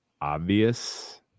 obvious